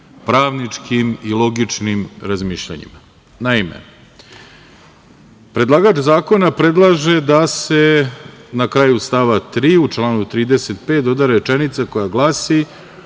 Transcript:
pravničkim i logičnim razmišljanjima. Naime, predlagač zakona predlaže da se na kraju stava 3. u članu 35. doda rečenica koja glasi